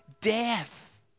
death